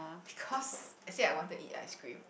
because I say I wanted eat ice cream